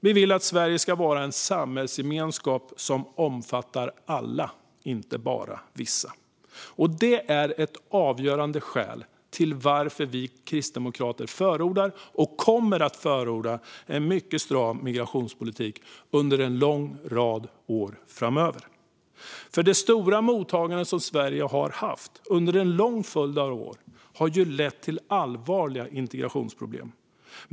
Vi vill att Sverige ska vara en samhällsgemenskap som omfattar alla, inte bara vissa. Det är ett avgörande skäl till att vi kristdemokrater förordar och kommer att förorda en mycket stram migrationspolitik under en lång rad år framöver. Det stora mottagande som Sverige har haft under en lång följd av år har lett till allvarliga integrationsproblem.